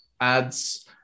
ads